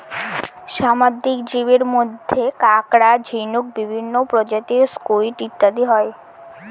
সামুদ্রিক জীবের মধ্যে কাঁকড়া, ঝিনুক, বিভিন্ন প্রজাতির স্কুইড ইত্যাদি হয়